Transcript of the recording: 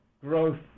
growth